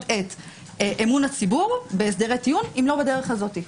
את אמון הציבור בהסדרי טיעון אם לא בדרך הזאת.